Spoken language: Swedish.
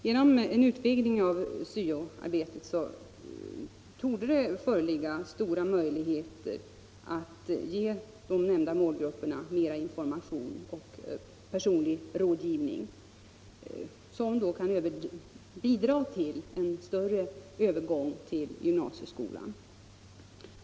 Genom en utvidgning av SYO-arbetet torde det bli större möjligheter att ge de nämnda målgrupperna mer information och personlig rådgivning, något som kan bidra till en större övergång till gymnasieskolan.